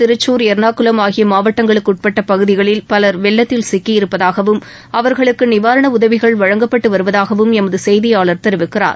திருச்சூர் எர்ணாகுளம் ஆகிய மாவட்டங்களுக்கு உட்பட்ட பகுதிகளில் பலர் வெள்ளத்தால் சிக்கியிருப்பதாகவும் அவர்களுக்கு நிவாரண உதவிகள் வழங்கப்பட்டு வருவதாகவும் எமது செய்தியாளர் தெரிவிக்கிறார்